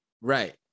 Right